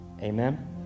amen